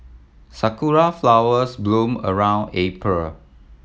sakura flowers bloom around April